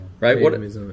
Right